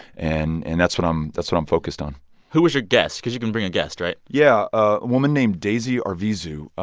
and and that's what i'm that's what i'm focused on who was your guest? because you can bring a guest, right? yeah. a woman named daisy arvizu,